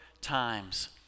times